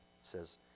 says